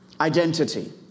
Identity